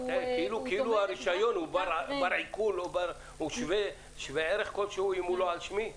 זה כאילו הרישיון הוא בר-עיקול או שווה ערך כלשהו אם הוא לא על שמי?